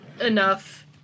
enough